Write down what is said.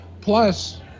plus